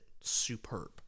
superb